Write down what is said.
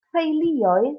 theuluoedd